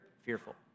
fearful